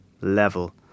level